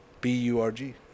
B-U-R-G